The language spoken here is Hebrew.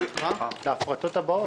להפרטות הבאות.